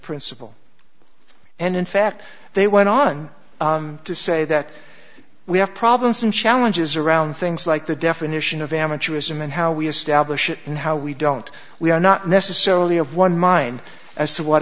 principle and in fact they went on to say that we have problems and challenges around things like the definition of amateurism and how we establish it and how we don't we are not necessarily of one mind as to what